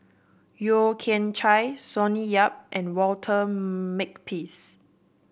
Yeo Kian Chai Sonny Yap and Walter Makepeace